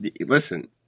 listen